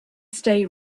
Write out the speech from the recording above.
stay